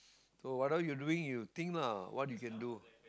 so what are you doing you think lah what you can do